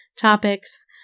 topics